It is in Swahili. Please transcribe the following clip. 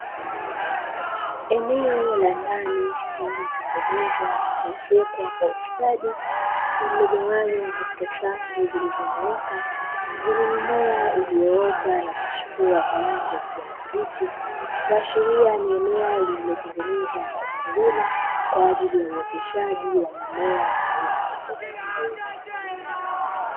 Eneo la ndani lililotengenezwa na kuezekwa kwa ustadi ,lililogawanywa katika safu zilizonyooka zenye mimea iliyoota na kuchipua kwa rangi ya kijani kibichi, kuashiria ni eneo lililotengenezwa na wakulima kwa ajili ya uoteshaji wa mimea ya aina tofauti.